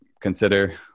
consider